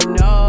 no